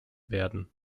werden